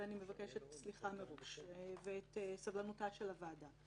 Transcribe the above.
ואני מבקשת סליחה מראש ואת סבלנותה של הוועדה.